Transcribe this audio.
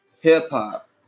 hip-hop